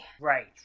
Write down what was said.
Right